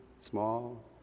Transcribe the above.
small